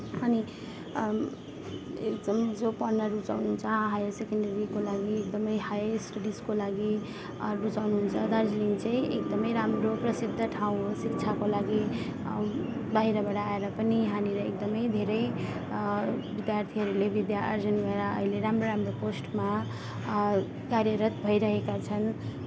अनि एकदम जो पढ्न रुचाउनुहुन्छ हायर सेकेन्डेरीको लागि एकदमै हाई स्टडिजको लागि रुचाउनुहुन्छ दार्जिलिङ चाहिँ एकदमै राम्रो प्रसिद्ध ठाउँ हो शिक्षाको लागि बाहिरबाट आएर पनि यहाँनिर एकदमै धेरै विद्यार्थीहरूले विद्या आर्जन गरेर अहिले राम्रो राम्रो पोस्टमा कार्यरत भइरहेका छन्